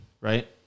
right